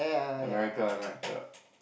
America ah America